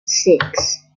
six